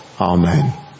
Amen